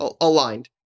Aligned